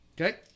Okay